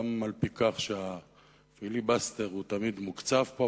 גם על-פי כך שהפיליבסטר הוא תמיד מוקצב פה,